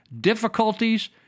difficulties